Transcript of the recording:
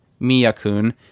Miyakun